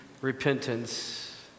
repentance